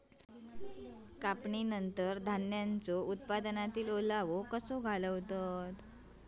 कापणीनंतर धान्यांचो उत्पादनातील ओलावो कसो घालवतत?